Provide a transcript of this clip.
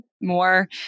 more